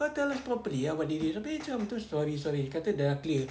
kau tell us properly ah abeh macam terus sorry sorry kata dah clear